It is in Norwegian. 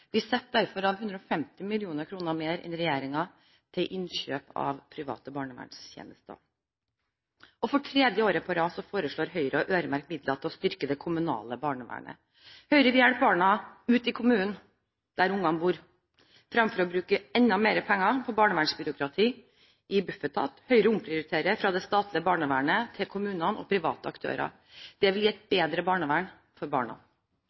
Vi setter derfor av 150 mill. kr mer enn regjeringen til innkjøp av private barnevernstjenester. For tredje år på rad foreslår Høyre å øremerke midler til å styrke det kommunale barnevernet. Høyre vil hjelpe barna ute i kommunene, der ungene bor, fremfor å bruke enda mer penger på barnevernsbyråkratiet i Bufetat. Høyre omprioriterer fra det statlige barnevernet til kommunene og private aktører. Det vil gi et bedre barnevern for barna.